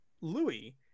Louis